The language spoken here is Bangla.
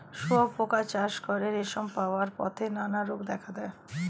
শুঁয়োপোকা চাষ করে রেশম পাওয়ার পথে নানা রোগ দেখা দেয়